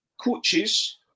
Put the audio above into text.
Coaches